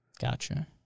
Gotcha